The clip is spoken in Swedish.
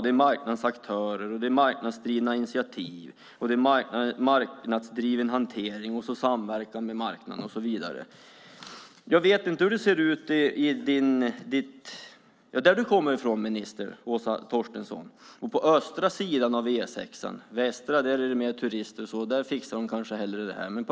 Det är marknadsaktörer, marknadsdrivna initiativ, marknadsdriven hantering, samverkan med marknaden och så vidare. Jag vet inte hur det ser ut där minister Åsa Torstensson kommer ifrån och på östra sidan av E6:an. På den västra sidan är det mer turister, och där fixar man kanske hellre det här.